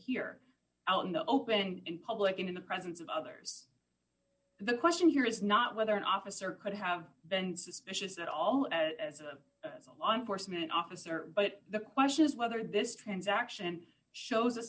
here out in the open in public and in the presence of others the question here is not whether an officer could have been suspicious at all as a law enforcement officer but the question is whether this transaction shows a